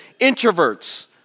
introverts